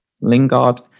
Lingard